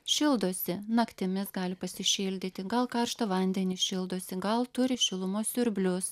šildosi naktimis gali pasišildyti gal karštą vandenį šildosi gal turi šilumos siurblius